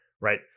right